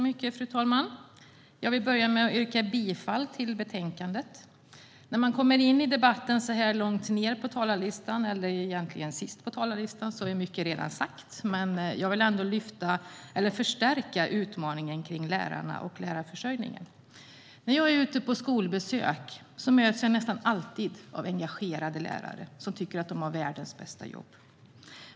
Fru talman! Jag vill börja med att yrka bifall till utskottets förslag i betänkandet. När man kommer in i debatten så här långt ned på talarlistan är mycket redan sagt, men jag vill ändå ta upp utmaningen med lärarna och lärarförsörjningen. När jag är ute på skolbesök möts jag nästan alltid av engagerade lärare som tycker att de har världens bästa jobb.